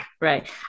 Right